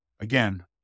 again